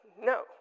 No